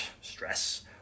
stress